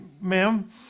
ma'am